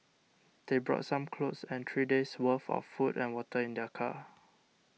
they brought some clothes and three days' worth of food and water in their car